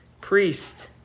priest